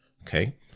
okay